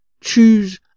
choose